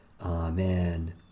Amen